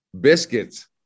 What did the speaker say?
biscuits